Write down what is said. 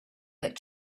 that